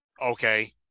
Okay